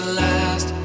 last